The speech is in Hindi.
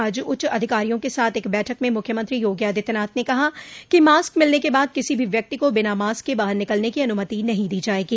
आज उच्च अधिकारियों के साथ एक बैठक में मूख्यमंत्री योगी आदित्यनाथ ने कहा कि मास्क मिलने के बाद किसी भी व्यक्ति को बिना मास्क के बाहर निकलने की अनुमति नहीं दी जाएगी